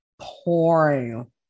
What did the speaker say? pouring